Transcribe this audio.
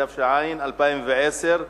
התש"ע 2010,